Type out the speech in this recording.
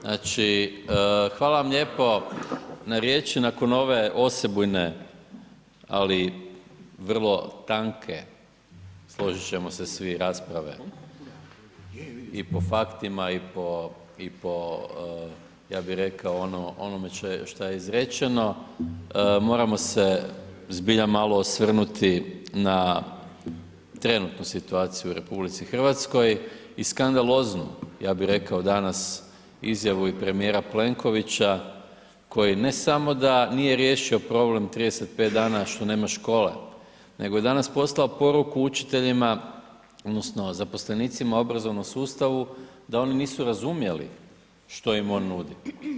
Znači hvala vam lijepo na riječi nakon ove osebujne ali vrlo tanke složit ćemo se svi, rasprave i po faktima i po ja bi rekao onome šta je izrečeno, moramo se zbilja malo osvrnuti na trenutnu situaciju u RH i skandaloznu ja bi rekao danas, izjavu i premijera Plenkovića koji ne samo da nije riješio problem 35 dana što nema škole, nego je danas poslao poruku učiteljima odnosno zaposlenicima u obrazovnom sustavu da oni nisu razumjeli što im on nudi.